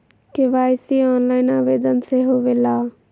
KYC online आवेदन से होवे ला?